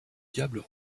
diables